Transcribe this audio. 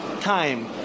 time